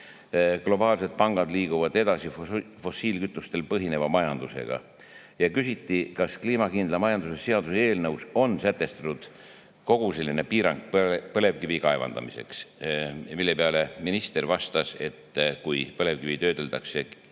globaalsed pangad liiguvad edasi fossiilkütustel põhineva majandusega. Küsiti, kas kliimakindla majanduse seaduse eelnõus on sätestatud koguseline piirang põlevkivi kaevandamiseks. Selle peale minister vastas, et kui põlevkivi töödeldakse